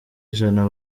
ijana